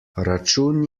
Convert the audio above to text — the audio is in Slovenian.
račun